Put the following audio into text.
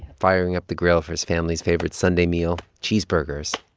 firing up the grill of his family's favorite sunday meal, cheeseburgers.